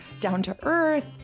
down-to-earth